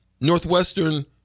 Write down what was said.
Northwestern